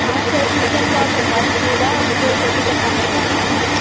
हाँ सर ठीक है न तो आप बता दीजिएगा आप जब भी कटवाने रहेगा